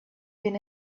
been